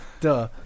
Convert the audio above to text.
duh